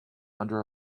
under